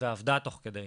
ועבדה תוך כדי,